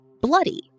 bloody